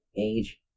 age